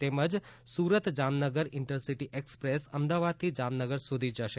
તેમજ Surat Jamnagar intercity express અમદાવાદથી જામનગર સુધી જ જશે